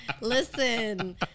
Listen